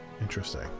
Interesting